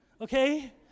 Okay